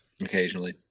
occasionally